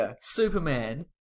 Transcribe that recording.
Superman